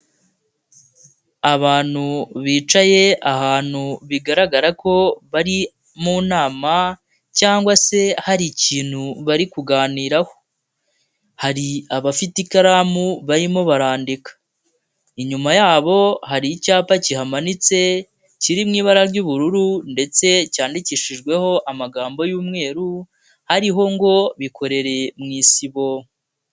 Abantu bicaye ahantu bigaragara ko bari mu nama cyangwa se hari ikintu bari kuganiraho, hari abafite ikaramu barimo barandika, inyuma yabo hari icyapa kihamanitse, kiri mu ibara ry'ubururu ndetse cyandikishijweho amagambo y'umweru, ariho ngo bikorereye mu isibo.